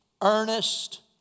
earnest